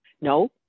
no